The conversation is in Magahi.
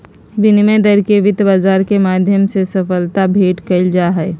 विनिमय दर के वित्त बाजार के माध्यम से सबलता भेंट कइल जाहई